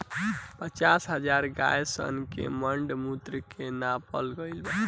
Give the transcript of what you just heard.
पचास हजार गाय सन के मॉल मूत्र के नापल गईल बा